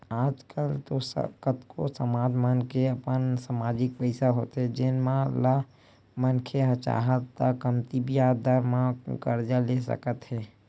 आज कल तो कतको समाज मन के अपन समाजिक पइसा होथे जेन ल मनखे ह चाहय त कमती बियाज दर म करजा ले सकत हे